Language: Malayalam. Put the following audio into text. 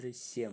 ദൃശ്യം